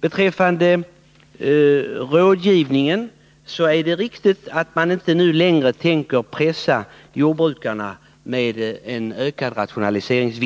Beträffande rådgivningen är det riktigt att man inte nu längre tänker pressa Nr 104 jordbrukarna med krav på ökad rationaliseringsvinst.